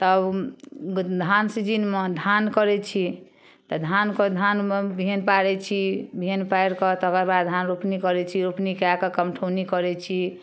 तब धान सिजनमे धान करै छी तऽ धान धानमे बिहैन पारै छी बिहैन पारिकऽ तकर बाद धान रोपनी करै छी रोपनी कएकऽ कमठौनी करै छी